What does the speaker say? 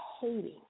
hating